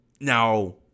Now